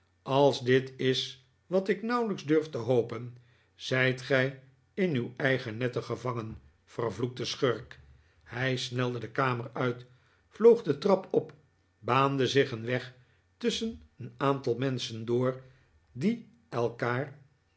als dit is wat ik nauwelijks durf te hopen zijt gij in uw eigen netten gevangen vervloekte schurken hij snelde de kamer uit vloog de trap op baande zich een weg tusschen een aantal menschen door die elkaar